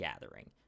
gathering